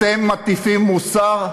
אתם מטיפים מוסר?